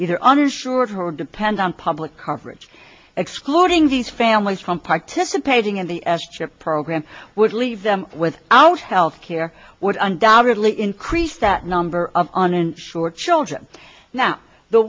either uninsured or depend on public coverage excluding these families from participating in the s chip program would leave them with out health care would undoubtedly increase that number of uninsured children now the